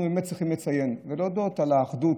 אנחנו באמת צריכים לציין, ולהודות על האחדות,